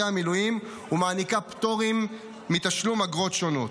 המילואים ומעניקה פטורים מתשלום אגרות שונות.